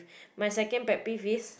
my second pet peeve is